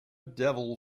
devil